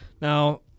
Now